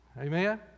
Amen